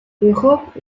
europe